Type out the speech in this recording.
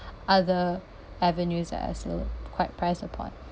other avenues that I still quite upon